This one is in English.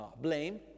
blame